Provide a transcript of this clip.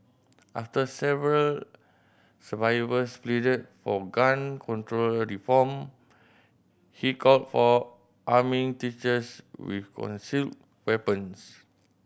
after several survivors pleaded for gun control reform he called for arming teachers with concealed weapons